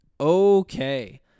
Okay